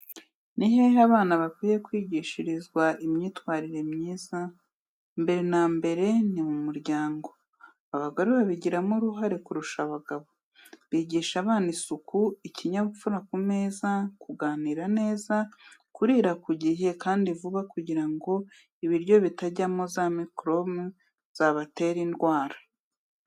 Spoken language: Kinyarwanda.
Ni hehe abana bakwiye kwigishirizwa imyitwarire myiza? Mbere na mbere ni mu muryango, abagore babigiramo uruhare kurusha abagabo; bigisha abana isuku, ikinyabupfura ku meza, kuganira neza, kurira ku gihe kandi vuba kugira ngo ibiryo bitajyamo za mikoroba zabatera indwara.